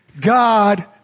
God